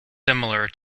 similar